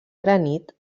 granit